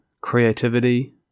creativity